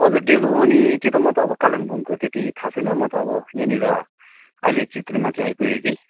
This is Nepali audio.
हजुर डेलो अनि त्यही त म त कालिम्पोङको त्यति थाहा छैन म त अब यहाँनिर अहिले चित्रेमाथि आइपुगेँ कि